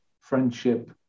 friendship